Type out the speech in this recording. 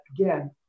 again